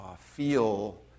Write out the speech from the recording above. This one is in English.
feel